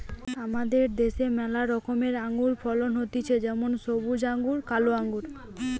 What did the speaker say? আমাদের দ্যাশে ম্যালা রকমের আঙুরের ফলন হতিছে যেমন সবুজ আঙ্গুর, কালো আঙ্গুর